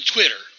Twitter